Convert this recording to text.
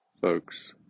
folks